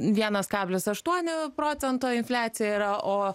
vienas kablis aštuoni procento infliacija yra o